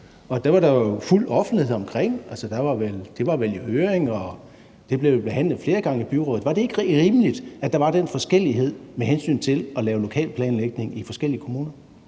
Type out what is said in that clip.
der jo fuld offentlighed omkring, altså det var vel i høring, og det blev behandlet flere gange i byrådet. Var det ikke rimeligt, at der var den forskellighed med hensyn til at lave lokalplanlægning i forskellige kommuner?